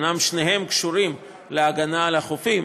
אומנם שניהם קשורים להגנה על החופים,